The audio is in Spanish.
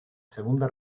segunda